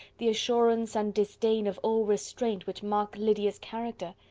the assurance and disdain of all restraint which mark lydia's character.